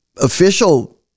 official